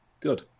Good